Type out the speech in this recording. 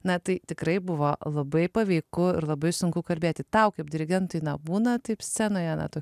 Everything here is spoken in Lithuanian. na tai tikrai buvo labai paveiku ir labai sunku kalbėti tau kaip dirigentui nebūna taip scenoje nuo to